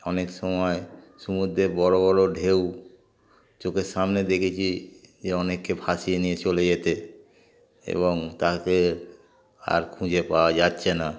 অনেক সময় সমুদ্রে বড়ো বড়ো ঢেউ চোখের সামনে দেখেছি যে অনেককে ফাসিয়ে নিয়ে চলে যেতে এবং তাাদের আর খুঁজে পাওয়া যাচ্ছে না